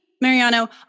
Mariano